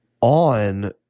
on